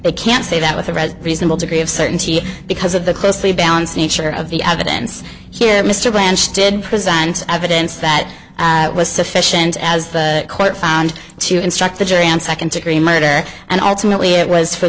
they can say that with a red reasonable degree of certainty because of the closely balanced nature of the evidence here mr blanched did present evidence that was sufficient as the court found to instruct the jury on second degree murder and ultimately it was for